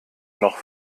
noch